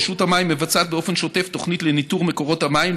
רשות המים מבצעת באופן שוטף תוכנית לניטור מקורות המים,